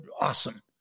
awesome